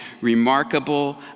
remarkable